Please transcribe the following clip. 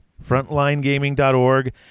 Frontlinegaming.org